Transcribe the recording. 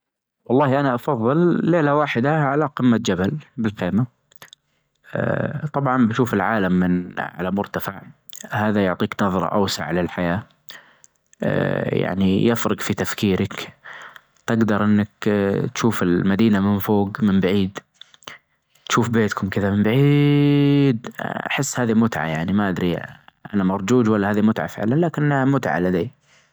والله انا أفظل ليلة واحدة على قمة جبل بالخيمة، أطبعا بشوف العالم من على مرتفع، هذا يعطيك نظرة أوسع للحياة، أيعني يفرج في تفكيرك، تجدر إنك أتشوف المدينة من فوق من بعيد، تشوف بيتكم كدا من بعييييد أحس هذي متعة يعني ما ادري انا مرچوچ ولا هذي متعة فعلا لكنها متعة لدي.